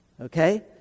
okay